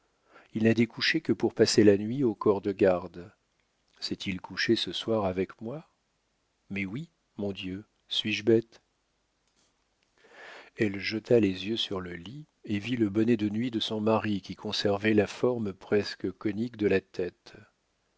il n'a découché que pour passer la nuit au corps-de-garde s'est-il couché ce soir avec moi mais oui mon dieu suis-je bête elle jeta les yeux sur le lit et vit le bonnet de nuit de son mari qui conservait la forme presque conique de la tête